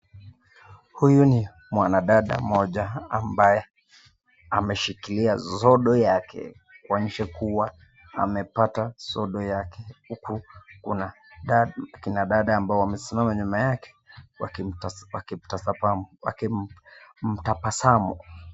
Huyu ni mwanadada mmoja ambaye ameshikilia zodo yake, kuonyesha kuwa amepata zodo yake huku kina dada ambao wamesimama nyuma yake wakimtabasamu.